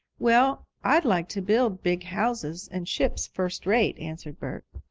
well, i'd like to build big houses and ships first-rate, answered bert.